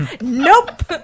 nope